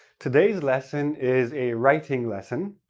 today's lesson is a writing lesson,